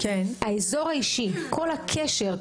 אבל האזור האישי כל הקשר,